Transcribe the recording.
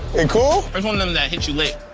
it cool? it's one of them that hits you late.